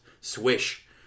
swish